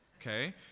Okay